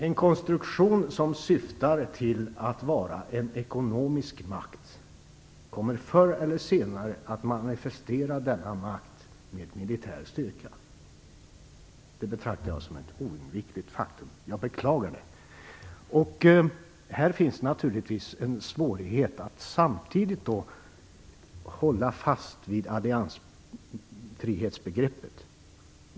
En konstruktion som syftar till att vara en ekonomisk makt kommer förr eller senare att manifestera denna makt med militär styrka. Det betraktar jag som ett oundvikligt faktum. Jag beklagar det. Här ligger det naturligtvis en svårighet i att hålla fast vid alliansfrihetsbegreppet.